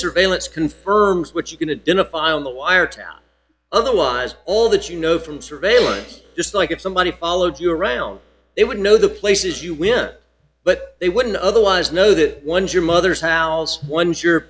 surveillance confirms what you're going to dignify on the wiretap otherwise all d that you know from surveillance just like if somebody followed you around they would know the places you will but they wouldn't otherwise know that once your mother's house once your